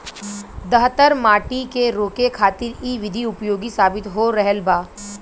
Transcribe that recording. दहतर माटी के रोके खातिर इ विधि उपयोगी साबित हो रहल बा